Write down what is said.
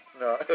No